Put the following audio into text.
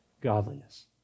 Godliness